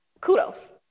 Kudos